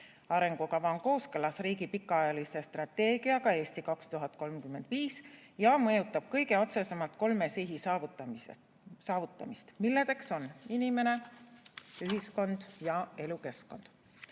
Arengukava on kooskõlas riigi pikaajalise strateegiaga "Eesti 2035" ja mõjutab kõige otsesemalt kolme sihi saavutamist: inimene, ühiskond ja elukeskkond.